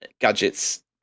Gadget's